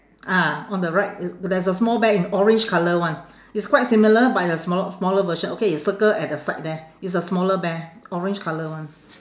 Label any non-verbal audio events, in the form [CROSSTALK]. ah on the right [NOISE] there's a small bear in orange colour one it's quite similar but in a smaller smaller version okay you circle at the side there it's a smaller bear orange colour one